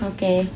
Okay